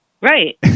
Right